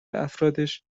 افرادش